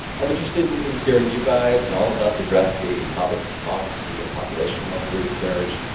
i'm interested in in hearing you guys and all of us address the topics of demography and population level research,